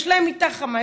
יש להם מיטה חמה,